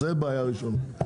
זה בעיה ראשונה.